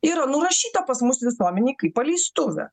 yra nurašyta pas mus visuomenėj kaip paleistuvė